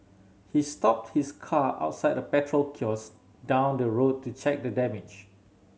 he stopped his car outside a petrol kiosk down the road to check the damage